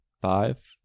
five